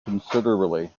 considerably